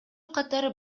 катары